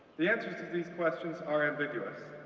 the answers to these questions are ambiguous,